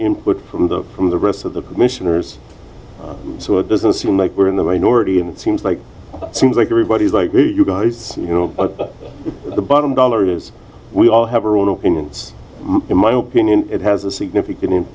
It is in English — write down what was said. input from the from the rest of the commissioners so it doesn't seem like we're in the rain already and seems like seems like everybody is like the guys you know the bottom dollar is we all have our own opinions in my opinion it has a significant